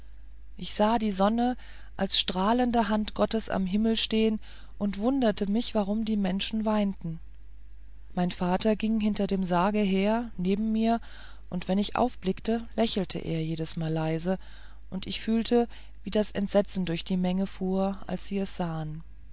ich sah die sonne als strahlende hand gottes am himmel stehen und wunderte mich warum die menschen weinten mein vater ging hinter dem sarge her neben mir und wenn ich aufblickte lächelte er jedesmal leise und ich fühlte wie das entsetzen durch die menge fuhr als sie es sahen